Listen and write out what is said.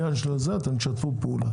אתם תשתפו פעולה.